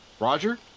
Roger